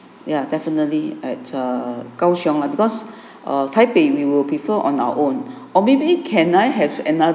ya definitely at err kao siong lah because err taipei we will prefer on our own or maybe can I have another